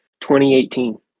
2018